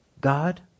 God